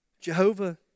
Jehovah